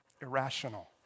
irrational